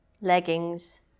leggings